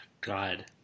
God